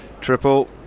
triple